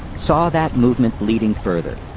saw that movement leading further